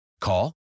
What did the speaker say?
Call